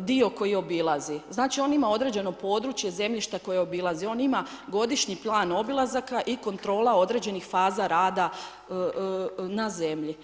dio koji obilazi, znači on ima određeno područje zemljišta koje obilazi, on ima godišnji plan obilazaka i kontrola određenih faza rada na zemlji.